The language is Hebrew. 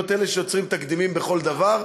להיות אלה שיוצרים תקדימים בכל דבר,